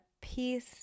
peace